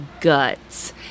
guts